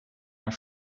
are